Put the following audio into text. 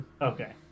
Okay